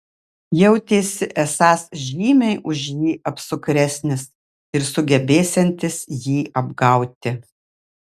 jautėsi esąs žymiai už jį apsukresnis ir sugebėsiantis jį apgauti